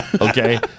Okay